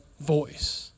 voice